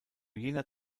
jener